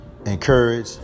Encourage